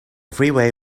freeway